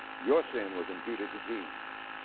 your sin was imputed to jesus